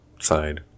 side